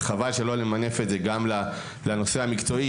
וחבל שלא נמנף את זה גם לנושא המקצועי,